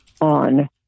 on